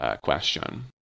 question